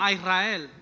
Israel